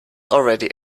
already